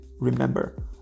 Remember